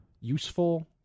useful